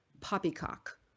poppycock